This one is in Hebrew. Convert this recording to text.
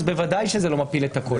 אז בוודאי שזה לא מפיל את הכל.